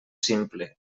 simple